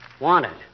Wanted